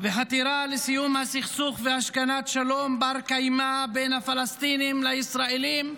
וחתירה לסיום הסכסוך והשכנת שלום בר-קיימא בין הפלסטינים לישראלים,